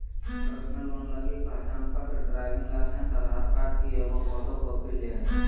personal loan लगी पहचानपत्र, driving licence, Aadhaar card की एगो फोटोकॉपी ले हइ